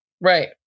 Right